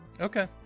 Okay